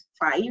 five